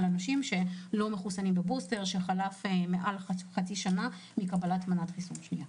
אנשים שלא מחוסנים בבוסטר וחלפה מעל חצי שנה מקבלת מנת החיסון השנייה.